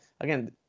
Again